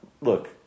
look